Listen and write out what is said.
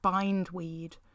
bindweed